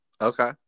Okay